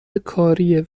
کاریه